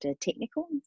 technical